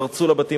פרצו אל הבתים.